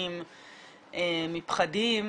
מונעים מפחדים,